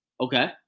Okay